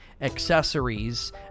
accessories